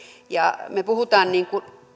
niin